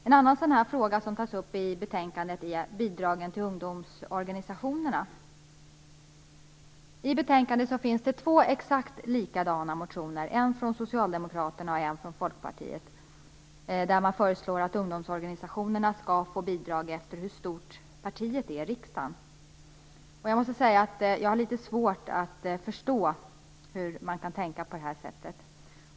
En annan fråga som tas upp i betänkandet är bidragen till ungdomsorganisationerna. I betänkandet finns det två exakt likadana motioner - en från Socialdemokraterna och en från Folkpartiet - där man föreslår att ungdomsorganisationerna skall få bidrag efter hur stort partiet är i riksdagen. Jag måste säga att jag har litet svårt att förstå hur man kan tänka på detta sätt.